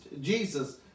Jesus